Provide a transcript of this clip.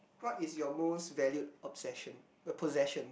what is your most valued obsession possession